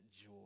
joy